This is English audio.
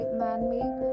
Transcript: man-made